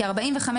כי לצורך העניין,